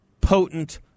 potent